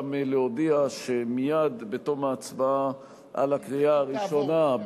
גם להודיע שמייד בתום ההצבעה על הקריאה הראשונה,